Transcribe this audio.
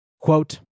Quote